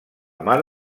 mar